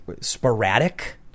sporadic